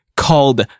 called